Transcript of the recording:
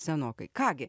senokai ką gi